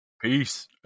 Peace